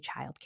childcare